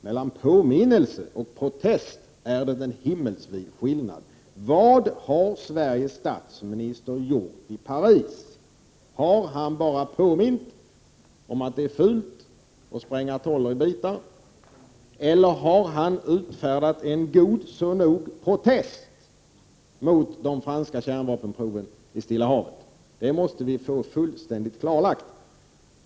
Mellan påminnelse och protest är det en himmelsvid skillnad. Vad har Sveriges statsminister gjort i Paris? Har han bara påmint om att det är fult att spränga atoller i bitar, eller har han utfärdat ”en nog så god protest” mot de franska kärnvapenproven i Stilla havet? Det måste vi få fullständigt klarlagt.